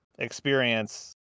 experience